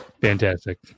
Fantastic